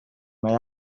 mae